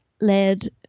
led